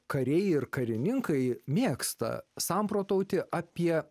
kariai ir karininkai mėgsta samprotauti apie